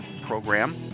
program